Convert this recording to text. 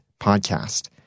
podcast